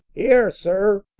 heere sir